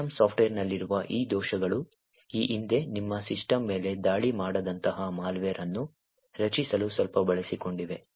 system ಸಾಫ್ಟ್ವೇರ್ನಲ್ಲಿರುವ ಈ ದೋಷಗಳು ಈ ಹಿಂದೆ ನಿಮ್ಮ ಸಿಸ್ಟಂ ಮೇಲೆ ದಾಳಿ ಮಾಡುವಂತಹ ಮಾಲ್ವೇರ್ ಅನ್ನು ರಚಿಸಲು ಸ್ವಲ್ಪ ಬಳಸಿಕೊಂಡಿವೆ